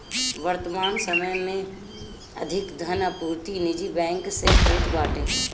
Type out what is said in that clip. वर्तमान समय में अधिका धन आपूर्ति निजी बैंक से होत बाटे